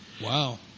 Wow